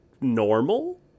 normal